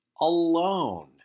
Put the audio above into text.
alone